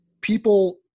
people